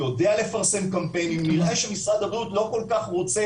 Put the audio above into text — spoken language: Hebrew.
יודע לפרסם קמפיינים נראה שמשרד הבריאות לא כל כך רוצה